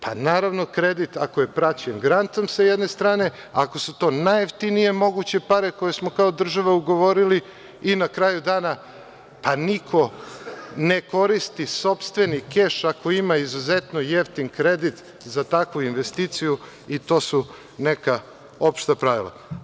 Pa, naravno kredit ako je praćen grantom sa jedne strane, ako su to najjeftinije moguće pare koje smo kao država ugovorili i na kraju dana, pa niko ne koristi sopstveni keš ako ima izuzetno jeftin kredit za takvu investiciju i to su neka opšta pravila.